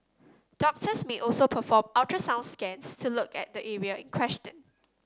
doctors may also perform ultrasound scans to look at the area in questioned